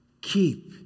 keep